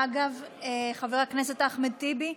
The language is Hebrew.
אגב, חבר הכנסת אחמד טיבי,